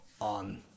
on